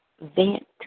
vent